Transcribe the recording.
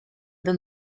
than